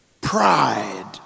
pride